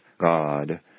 God